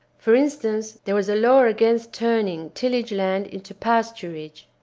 for instance, there was a law against turning tillage land into pasturage.